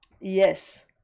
Yes